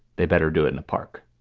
they better do it in the park